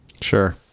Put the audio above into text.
Sure